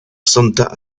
santa